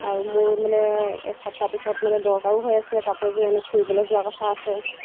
আৰু মোৰ মানে এসপ্তাহ পিছত মানে দৰকাৰো হৈ আছিলে কাপোৰ এযোৰ এনে ফুৰিবলৈ যোৱা কথা আছে